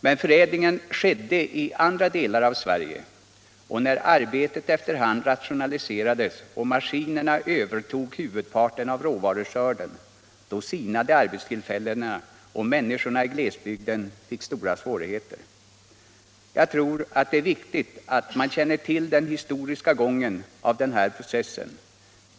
Men förädlingen skedde i andra delar av Sverige, och när arbetet efter hand rationaliserades och maskinerna övertog huvudparten av råvaruskörden sinade arbetstillfällena. Människorna i glesbygden fick då stora svårigheter. Jag tror att det är viktigt att man känner till den historiska gången av denna process.